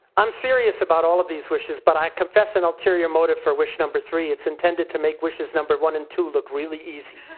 i'm serious about all of these wishes but i confess an ulterior motive for wish number three. it's intended to make wishes number one and two look really easy.